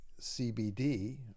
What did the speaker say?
CBD